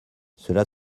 cela